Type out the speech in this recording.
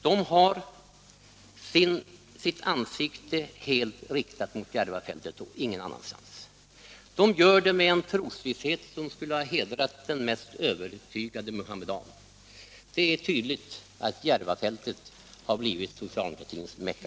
De har sina ansikten riktade mot Järvafältet och inte åt något annat håll. De gör det med en trosvisshet som skulle ha hedrat den mest övertygade muhammedan. Det är tydligt att Järvafältet har blivit socialdemokratins Mecka.